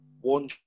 one